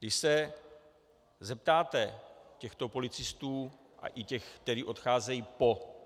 Když se zeptáte těchto policistů, i těch, kteří odcházejí po,